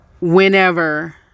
whenever